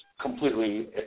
completely